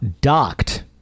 docked